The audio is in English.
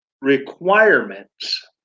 requirements